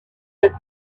said